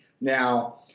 now